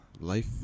Life